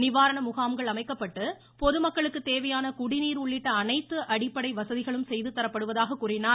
நிவாரண முகாம்கள் அமைக்கப்பட்டு பொதுமக்களுக்கு தேவையான குடிநீர் உள்ளிட்ட அனைத்து அடிப்படை வசதிகளும் செய்து தரப்படுவதாக கூறினார்